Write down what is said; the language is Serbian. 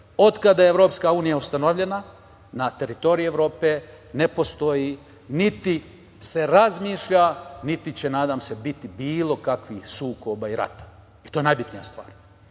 Od kada je EU ustanovljena, na teritoriji Evrope ne postoji, niti se razmišlja, niti će, nadam se, biti bilo kakvih sukoba i rata i to je najbitnija stvar. Druga